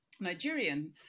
Nigerian